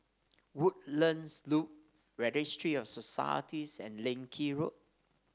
Woodlands Loop Registry of Societies and Leng Kee Road